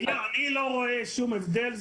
אני לא רואה שום הבדל.